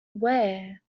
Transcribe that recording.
aware